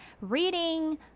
Reading